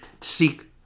seek